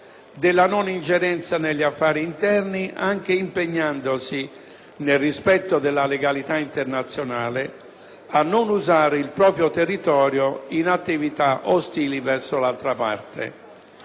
della non ingerenza negli affari interni anche impegnandosi, nel rispetto della legalità internazionale, a non usare il proprio territorio in attività ostili verso l'altra parte.